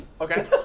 Okay